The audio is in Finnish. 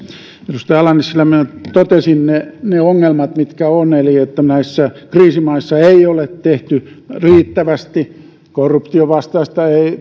edustaja ala nissilä minä totesin ne ne ongelmat mitkä on eli näissä kriisimaissa ei ole tehty riittävästi korruption vastaista